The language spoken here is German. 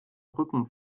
rücken